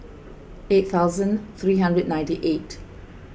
eight thousand three hundred ninety eight